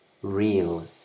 real